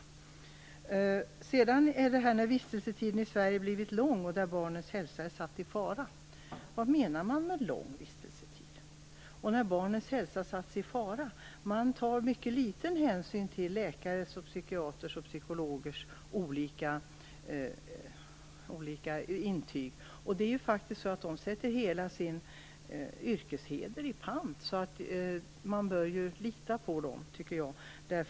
Vidare talas det i svaret om ärenden "där vistelsetiden i Sverige blivit lång och där barns hälsa är satt i fara". Vad menar man med lång vistelsetid? Och vad det där med att "barns hälsa är satt i fara" beträffar tar man mycket liten hänsyn till läkares, psykiatrers och psykologers olika intyg. Dessa sätter faktiskt hela sin yrkesheder i pant, och därför tycker jag att man bör lita på dem.